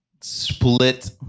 split